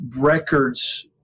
records